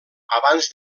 abans